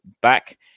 back